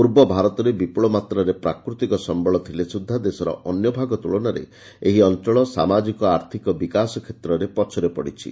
ପୂର୍ବ ଭାରତରେ ବିପୁଳ ମାତ୍ରାରେ ପ୍ରାକୃତିକ ସମ୍ୟଳ ଥିଲେ ସୁଦ୍ଧା ଦେଶର ଅନ୍ୟ ଭାଗ ତୁଳନାରେ ଏହି ଅଞ୍ଚଳ ସାମାଜିକ ଆର୍ଥିକ ବିକାଶ କ୍ଷେତ୍ରରେ ପଛରେ ପଡିଛି